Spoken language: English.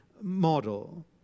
model